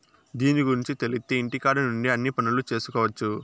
దీని గురుంచి తెలిత్తే ఇంటికాడ నుండే అన్ని పనులు చేసుకొవచ్చు